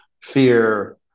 fear